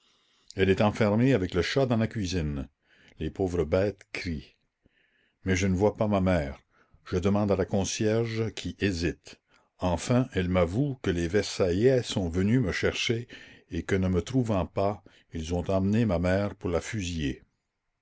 elle est enfermée avec le chat dans la cuisine les pauvres bêtes crient mais je ne vois pas ma mère je demande à la concierge qui hésite enfin elle m'avoue que les versaillais sont venus me chercher et que ne me trouvant pas ils ont emmené ma mère pour la fusiller